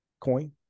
Coin